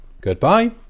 Goodbye